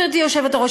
גברתי היושבת-ראש,